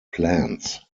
plans